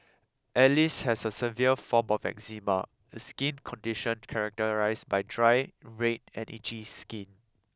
Alice has a severe form of eczema a skin condition characterised by dry red and itchy skin